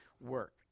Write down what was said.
work